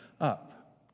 up